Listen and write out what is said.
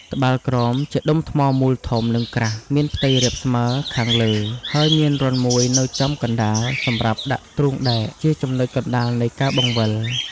ត្បាល់ក្រោម ជាដុំថ្មមូលធំ និងក្រាស់ មានផ្ទៃរាបស្មើខាងលើ ហើយមានរន្ធមួយនៅចំកណ្ដាលសម្រាប់ដាក់ទ្រូងដែក ជាចំណុចកណ្ដាលនៃការបង្វិល។